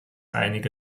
einige